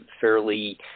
fairly